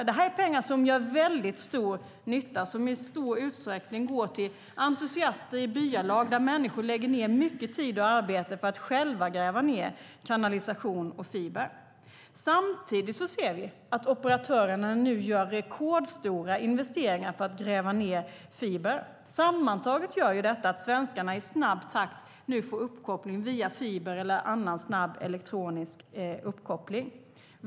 Detta är pengar som gör väldigt stor nytta och som i stor utsträckning går till entusiaster i byalag, där människor lägger ned mycket tid och arbete på att själva gräva ned kanalisation och fiber. Samtidigt ser vi att operatörerna nu gör rekordstora investeringar i att gräva ned fiber. Sammantaget gör detta att svenskarna i snabb takt får uppkoppling via fiber eller annan snabb elektronisk uppkoppling.